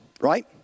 right